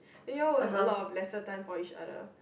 then you all have lesser time for each other